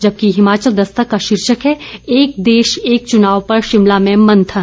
जबकि हिमाचल दस्तक का शीर्षक है एक देश एक चुनाव पर शिमला में मंथन